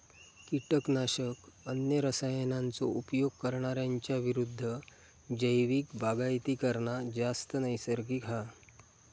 किटकनाशक, अन्य रसायनांचो उपयोग करणार्यांच्या विरुद्ध जैविक बागायती करना जास्त नैसर्गिक हा